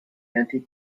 antique